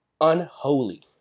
unholy